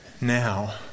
now